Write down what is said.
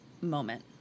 moment